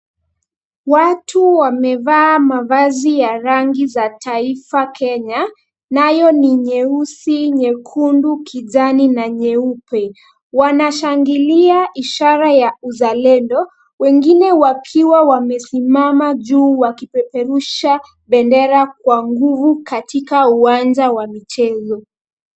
Watu wamevaa mavazi ya rangi za taifa kenya nayo ni nyeusi, nyekundu, kijani na nyeupe wanashangilia ishara ya uzalendo wengine wakiwa wamesimama juu wakibeberusha bendera kwa nguvu katika uwanja wa mchezo.